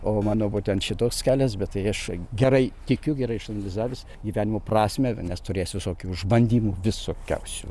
o mano būtent šitoks kelias bet tai aš gerai tikiu gerai išanalizavęs gyvenimo prasmę nes turėjęs visokių išbandymų visokiausių